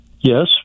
Yes